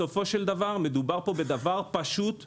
מדובר פה בדבר פשוט ביותר.